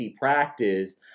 practice